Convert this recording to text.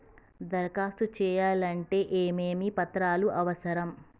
దరఖాస్తు చేయాలంటే ఏమేమి పత్రాలు అవసరం?